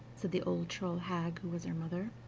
said the old troll-hag, who was her mother.